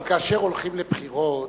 גם כאשר הולכים לבחירות,